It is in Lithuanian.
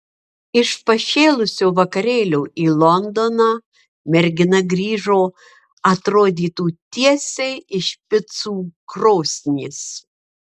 iš pašėlusio vakarėlio į londoną mergina grįžo atrodytų tiesiai iš picų krosnies